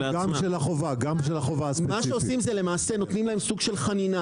מה שעושים זה למעשה נותנים להם סוג של חנינה,